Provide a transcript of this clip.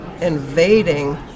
invading